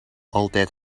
altijd